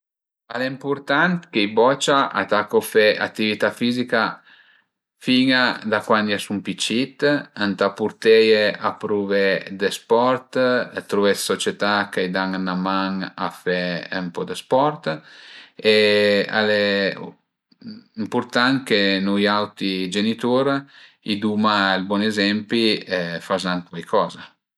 Al e ëmpurtant che i bocia a tacu fe atività fizica fin da cuandi a sun pi cit, ëntà purteie a pruvé dë sport, a truvé dë società che i dan 'na man a fe ën po dë sport e al e ëmpurtant che nui auti genitur i duma ël bon ezempi fazant cuaicoza